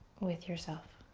with yourself.